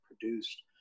produced